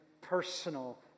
personal